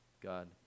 God